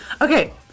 okay